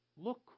look